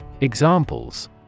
Examples